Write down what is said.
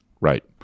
Right